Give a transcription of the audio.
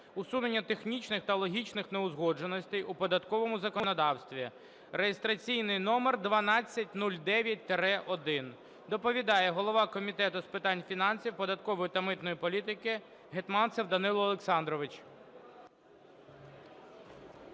усунення технічних та логічних неузгодженостей у податковому законодавстві (реєстраційний номер 1209-1). Доповідає голова Комітету з питань фінансів, податкової та митної політики Гетманцев Данило Олександрович.